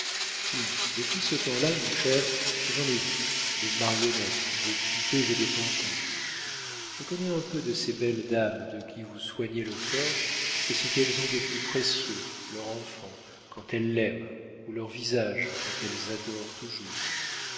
oui depuis ce temps-là mon cher j'en ai vu des marionnettes des poupées et des pantins je connais un peu de ces belles dames de qui vous soignez le corps et ce qu'elles ont de plus précieux leur enfant quand elles l'aiment ou leur visage qu'elles adorent toujours